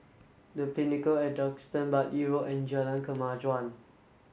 the Pinnacle at Duxton Bartley Road and Jalan Kemajuan